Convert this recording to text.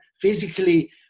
physically